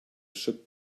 ship